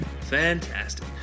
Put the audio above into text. Fantastic